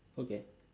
okay